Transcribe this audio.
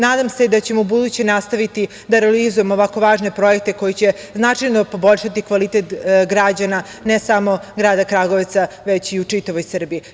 Nadam se da ćemo ubuduće nastaviti da realizujemo ovako važne projekte koji će značajno poboljšati kvalitet građana, ne samo grada Kragujevca, već i u čitavoj Srbiji.